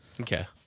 Okay